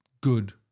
good